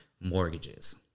mortgages